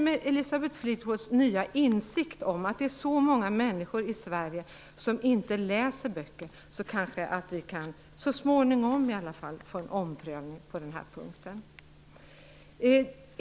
Med Elisabeth Fleetwoods nya insikt om att det är så många människor i Sverige som inte läser böcker kan vi kanske få en omprövning på denna punkt så småningom.